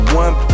one